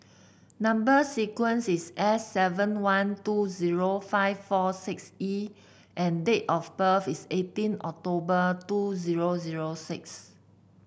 number sequence is S seven one two zero five four six E and date of birth is eighteen October two zero zero six